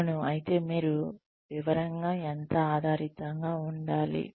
అవును ఐతే మీరు వివరంగా ఎంత ఆధారితంగా ఉండాలి